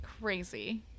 Crazy